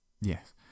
yes